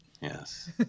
Yes